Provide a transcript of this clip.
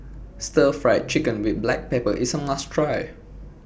Stir Fried Chicken with Black Pepper IS A must Try